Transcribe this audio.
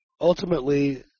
Ultimately –